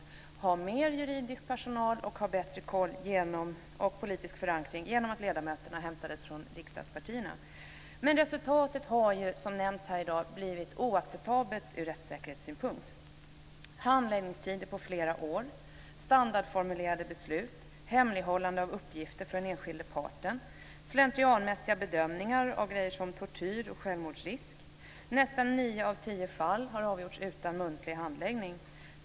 Den skulle ha mer av juridisk personal och ha bättre kontroll och politisk förankring genom att ledamöterna skulle hämtas från riksdagspartierna. Men resultatet har, som nämnts här i dag, blivit oacceptabelt ur rättssäkerhetssynpunkt, med handläggningstider om flera år, standardformulerade beslut, hemlighållande av uppgifter för den enskilda parten och slentrianmässiga bedömningar av faktorer som tortyr och självmordsrisk. Nästan nio av tio fall har avgjorts utan muntlig handläggning.